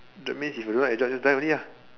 that means if you don't like your job just die only lah